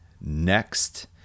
next